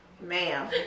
ma'am